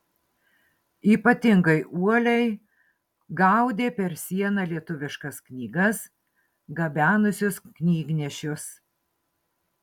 ypatingai uoliai gaudė per sieną lietuviškas knygas gabenusius knygnešius